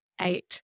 eight